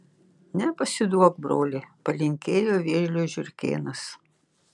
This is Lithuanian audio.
nepasiduok broli palinkėjo vėžliui žiurkėnas